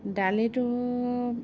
দালিটো